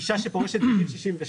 אישה שפורשת בגיל 62,